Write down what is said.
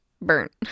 burnt